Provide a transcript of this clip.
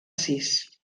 sis